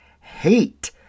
hate